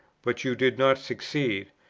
but you did not succeed,